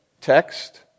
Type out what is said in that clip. Text